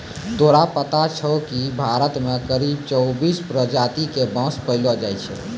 तोरा पता छौं कि भारत मॅ करीब चौबीस प्रजाति के बांस पैलो जाय छै